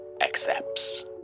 accepts